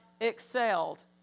excelled